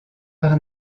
par